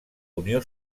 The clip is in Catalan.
unió